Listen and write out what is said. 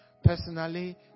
Personally